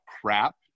crap